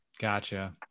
gotcha